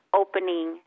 opening